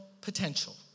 potential